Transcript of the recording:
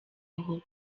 aho